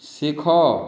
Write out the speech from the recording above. ଶିଖ